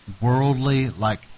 worldly-like